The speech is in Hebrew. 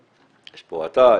יש פה אתה,